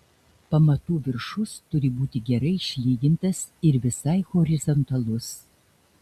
pamatų viršus turi būti gerai išlygintas ir visai horizontalus